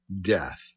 death